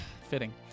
Fitting